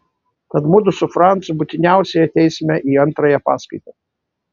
tad mudu su francu būtiniausiai ateisime į antrąją paskaitą